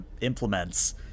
implements